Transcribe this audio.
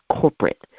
corporate